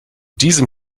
diesem